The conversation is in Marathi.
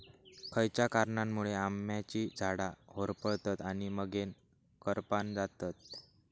खयच्या कारणांमुळे आम्याची झाडा होरपळतत आणि मगेन करपान जातत?